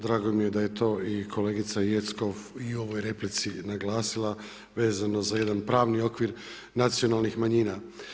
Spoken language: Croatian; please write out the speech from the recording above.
Drago mi je da je to i kolegica Jeckov i u ovoj replici naglasila vezano za jedan pravni okvir nacionalnih manjina.